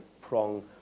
prong